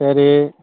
சரி